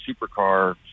supercar